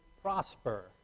prosper